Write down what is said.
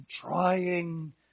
Trying